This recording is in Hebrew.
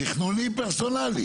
תכנוני-פרסונלי.